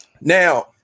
Now